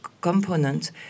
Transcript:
component